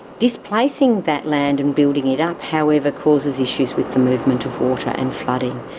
displacing that land and building it up however causes issues with the movement of water and flooding.